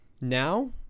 Now